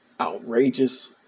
outrageous